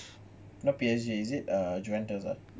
not P_S_G is it err junventus ah